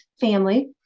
family